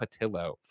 patillo